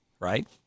Right